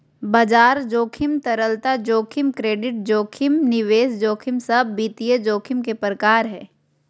बाजार जोखिम, तरलता जोखिम, क्रेडिट जोखिम, निवेश जोखिम सब वित्तीय जोखिम के प्रकार हय